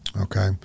Okay